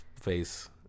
face